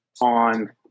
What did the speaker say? on